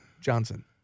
Johnson